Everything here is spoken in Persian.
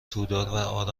تودار